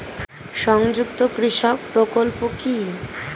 সংযুক্ত কৃষক প্রকল্প কি?